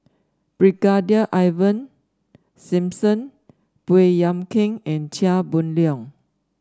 Brigadier Ivan Simson Baey Yam Keng and Chia Boon Leong